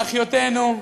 לאחיותינו,